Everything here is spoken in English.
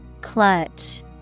Clutch